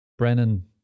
Brennan